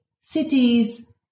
cities